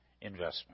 investment